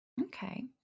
Okay